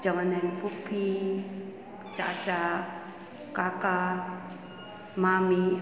चवंदा आहिनि पुफ़ी चाचा काका मामी